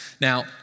Now